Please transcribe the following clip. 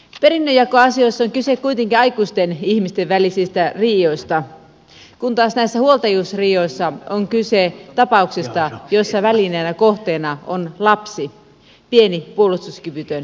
perinnönjakoasioissa on kyse kuitenkin aikuisten ihmisten välisistä riidoista kun taas näissä huoltajuusriidoissa on kyse tapauksista joissa välineenä kohteena on lapsi pieni puolustuskyvytön henkilö